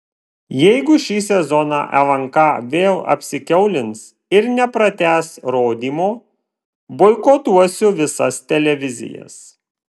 jeigu šį sezoną lnk vėl apsikiaulins ir nepratęs rodymo boikotuosiu visas televizijas